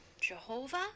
jehovah